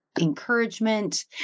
encouragement